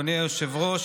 אדוני היושב-ראש,